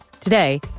Today